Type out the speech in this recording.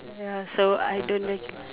ya so I don't really